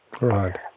Right